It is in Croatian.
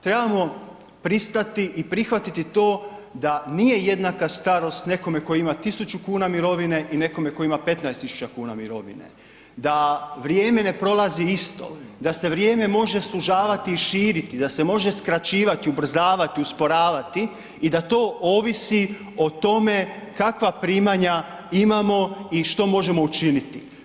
Trebamo pristati i prihvatiti to da nije jednaka starost nekome tko ima 1.000,00 kn mirovine i nekome tko ima 15.000,00 kn mirovine, da vrijeme ne prolazi isto, da se vrijeme može sužavati i širiti, da se može skraćivati, ubrzavati, usporavati i da to ovisi o tome kakva primanja imamo i što možemo učiniti.